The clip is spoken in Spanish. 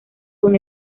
con